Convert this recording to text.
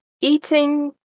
eating